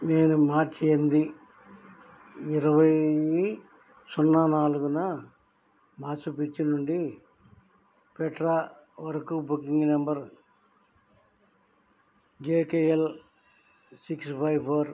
నేను మార్చి ఎనిమిది ఇరవై సున్నా నాలుగున మాచు పిచ్చు నుండి పెట్రా వరకు booking number J K L six five four